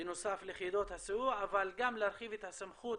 בנוסף ליחידות הסיוע, אבל גם להרחיב את הסמכות